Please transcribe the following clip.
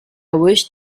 wish